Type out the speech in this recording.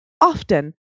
often